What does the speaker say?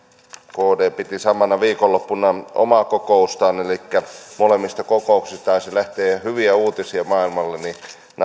kd piti samana viikonloppuna omaa kokoustaan elikkä molemmista kokouksista taisi lähteä hyviä uutisia maailmalle ja